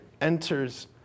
enters